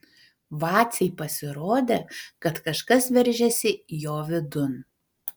vacei pasirodė kad kažkas veržiasi jo vidun